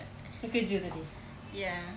dia kerja tadi